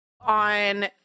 On